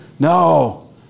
No